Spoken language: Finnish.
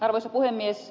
arvoisa puhemies